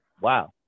Wow